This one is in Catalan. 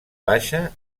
baixa